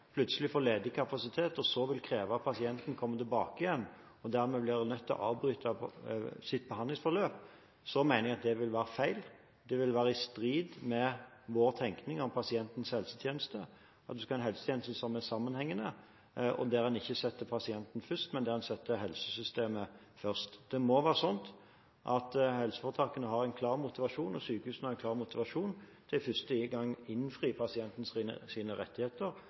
plutselig får ledig kapasitet, og så vil kreve at pasienten kommer tilbake og dermed blir nødt til å avbryte sitt behandlingsforløp, mener jeg det vil være feil. Det vil være i strid med vår tenkning om pasientens helsetjeneste, at en skal ha en helsetjeneste som er sammenhengende. Da ville en ikke sette pasienten først, men sette helsesystemet først. Det må være sånn at helseforetakene har en klar motivasjon – og sykehusene har en klar motivasjon – til første gang å innfri pasientens